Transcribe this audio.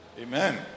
Amen